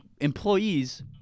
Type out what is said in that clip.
employees